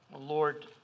Lord